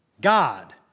God